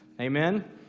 Amen